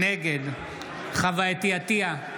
נגד חוה אתי עטייה,